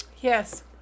Yes